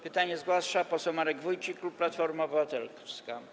Pytanie zgłasza poseł Marek Wójcik, klub Platforma Obywatelska.